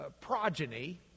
progeny